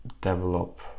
develop